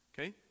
Okay